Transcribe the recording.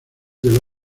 del